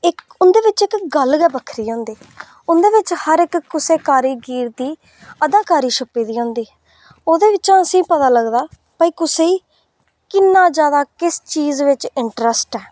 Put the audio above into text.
इक्क उं'दे बिच इक्क गल्ल गै बक्खरी होंदी उंदे बिच हर कुसै कारीगर दी अदाकारी छुप्पी दी होंदी ओह्दे बिच्चा असेंगी पता चलदा की कुसैगी किन्ना जादा किस चीज़ बिच इंटरस्ट ऐ